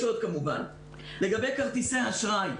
לגבי כרטיסי האשראי.